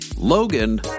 Logan